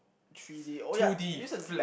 three-D oh ya use a